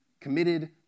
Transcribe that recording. committed